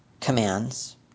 commands